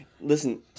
Listen